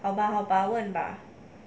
好吧好吧问吧